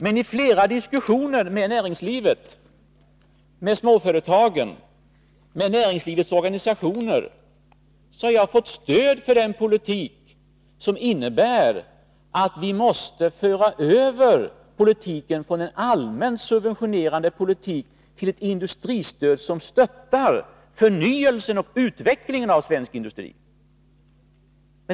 Men i flera diskussioner med näringslivet, med småföretag och med näringslivets organisationer har jag fått stöd för den politik som innebär att vi måste föra över politiken från en allmänt subventionerande politik till ett industristöd som stöttar förnyelsen och utvecklingen av svensk industri.